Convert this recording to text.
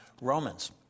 Romans